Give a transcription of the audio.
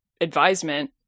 advisement